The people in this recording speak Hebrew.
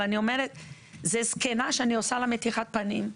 אבל זה זקנה שאני עושה לה מתיחת פנים,